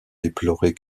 déplorer